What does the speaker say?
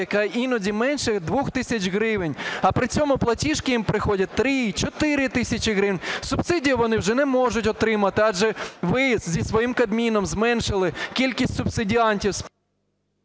яка іноді менша від 2 тисяч гривень, а при цьому платіжки їм приходять 3-4 тисячі гривень. Субсидії вони вже не можуть отримати, адже ви зі своїм Кабміном зменшили кількість субсидіантів.